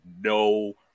no